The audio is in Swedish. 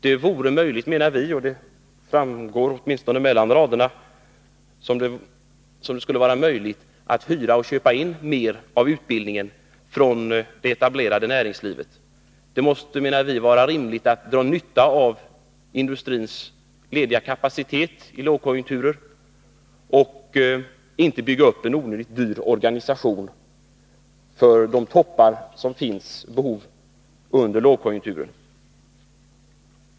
Det borde enligt vår mening-— och det sägs också i betänkandet, åtminstone mellan raderna — vara möjligt att hyra och köpa in mer av utbildningen från det etablerade näringslivet. Det måste vara riktigt att dra nytta av industrins lediga kapacitet ilågkonjunktureri stället för att bygga upp en onödigt dyr organisation för de toppar i behoven som finns under lågkonjunkturer.